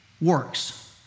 works